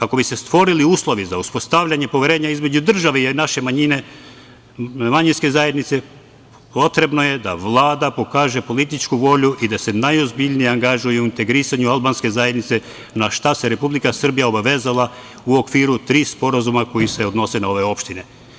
Ako bi se stvorili uslovi za uspostavljanje poverenja između države i naše manjine, manjinske zajednice, potrebno je da Vlada pokaže političku volju i da se najozbiljnije angažuje u integrisanju albanske zajednice na šta se Republika Srbija obavezala u okviru tri sporazuma koji se odnosi na ove opštine.